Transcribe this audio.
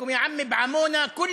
(אומר בערבית: בחייכם,